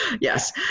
Yes